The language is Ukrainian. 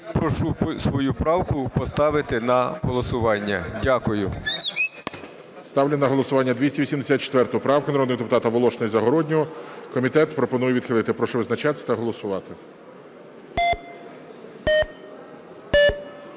Прошу свою правку поставити на голосування. Дякую. ГОЛОВУЮЧИЙ. Ставлю на голосування 284 правку народних депутатів Волошина і Загороднього. Комітет пропонує відхилити. Прошу визначатися та голосувати.